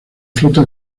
flota